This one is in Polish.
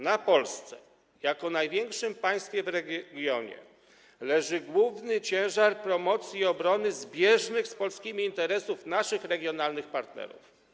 Na Polsce jako największym państwie w regionie leży główny ciężar promocji i obrony zbieżnych z polskimi interesów naszych regionalnych partnerów.